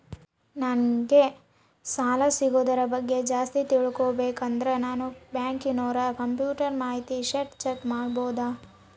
ನಂಗೆ ಸಾಲ ಸಿಗೋದರ ಬಗ್ಗೆ ಜಾಸ್ತಿ ತಿಳಕೋಬೇಕಂದ್ರ ನಾನು ಬ್ಯಾಂಕಿನೋರ ಕಂಪ್ಯೂಟರ್ ಮಾಹಿತಿ ಶೇಟ್ ಚೆಕ್ ಮಾಡಬಹುದಾ?